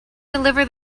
deliver